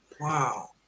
Wow